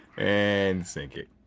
and sink it.